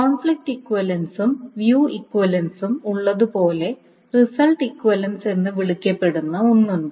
conflict ഇക്വിവലൻസും view ഇക്വിവലൻസും ഉള്ളതുപോലെ റിസൾട്ട് ഇക്വിവലൻസ് എന്ന് വിളിക്കപ്പെടുന്ന ഒന്ന് ഉണ്ട്